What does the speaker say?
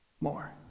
more